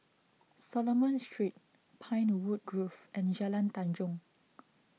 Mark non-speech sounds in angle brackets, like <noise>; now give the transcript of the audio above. Solomon Street Pinewood Grove and Jalan Tanjong <noise>